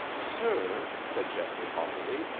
sir! said geoffrey haughtily,